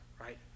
Right